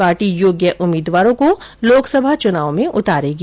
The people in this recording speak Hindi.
पार्टी योग्य उम्मीदवारों को लोकसभा चुनाव में उतारेगी